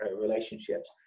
relationships